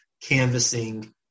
canvassing